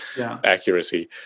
accuracy